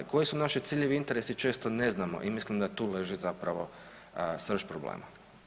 Koji su naši ciljevi i interesi često ne znamo i mislim da tu leži zapravo srž problema.